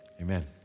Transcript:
Amen